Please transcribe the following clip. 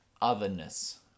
otherness